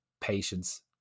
patience